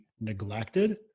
neglected